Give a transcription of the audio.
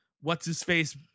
what's-his-face